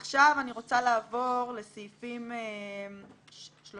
עכשיו, אני רוצה לעבור לסעיפים 32